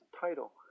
title